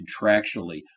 contractually